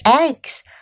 eggs